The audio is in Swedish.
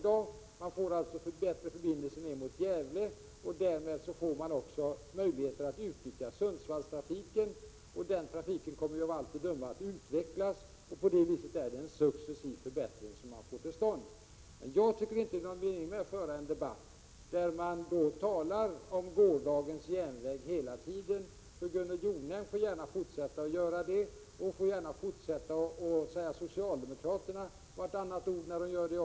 Det blir alltså bättre förbindelser mot Gävle och därmed även möjligheter att utnyttja Sundsvallstrafiken. Den trafiken kommer av allt att döma att utvecklas. På det viset får man en successiv förbättring till stånd. Jag tycker inte att det är någon mening med att föra en debatt, där man hela tiden talar om gårdagens järnväg. Gunnel Jonäng får gärna fortsätta att göra det. Hon får gärna fortsätta att nämna socialdemokraterna i vartannat ord när hon gör det.